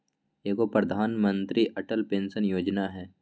एगो प्रधानमंत्री अटल पेंसन योजना है?